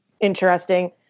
interesting